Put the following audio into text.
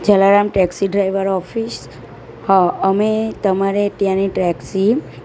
Jalaram taxi driver office હા અમે તમારે ત્યાંની ટેક્સી